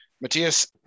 Matthias